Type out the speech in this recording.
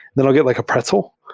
then i'll get like a pretzel,